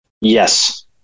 Yes